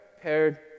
paired